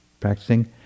practicing